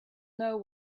know